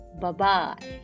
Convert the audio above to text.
Bye-bye